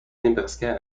nebraska